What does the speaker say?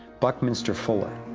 buckminster fuller.